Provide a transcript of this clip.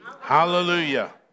Hallelujah